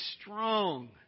strong